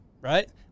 right